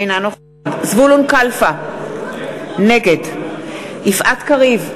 אינה נוכחת זבולון קלפה, נגד יפעת קריב,